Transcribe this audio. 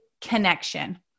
connection